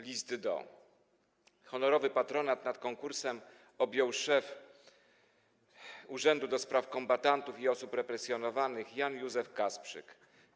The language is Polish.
List do...” Honorowy patronat nad konkursem objął szef Urzędu do Spraw Kombatantów i Osób Represjonowanych Jan Józef Kasprzyk.